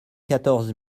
quatorze